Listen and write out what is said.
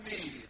need